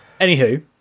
anywho